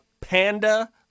panda